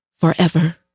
forever